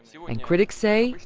so and, critics say,